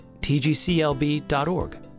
tgclb.org